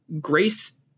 grace